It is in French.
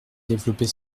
développer